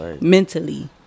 mentally